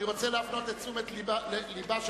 אני רוצה להפנות את תשומת לבה של